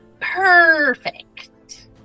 perfect